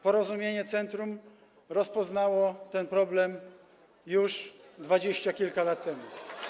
Porozumienie Centrum rozpoznało ten problem już dwadzieścia kilka lat temu.